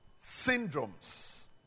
syndromes